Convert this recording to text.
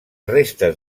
restes